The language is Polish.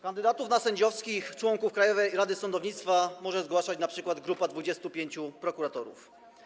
Kandydatów na sędziowskich członków Krajowej Rady Sądownictwa może zgłaszać np. grupa 25 prokuratorów.